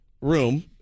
room